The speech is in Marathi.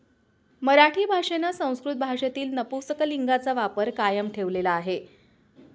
मराठी भाषेनं संस्कृत भाषेतील नपुसकलिंगाचा वापर कायम ठेवलेला आहे